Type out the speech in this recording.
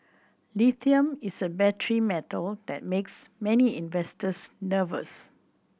lithium is a battery metal that makes many investors nervous